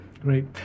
Great